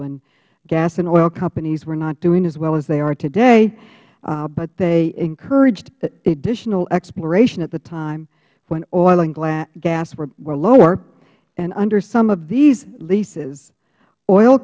when gas and oil companies were not doing as well as they are today but they encouraged additional exploration at the time when oil and gas were lower and under some of these leases oil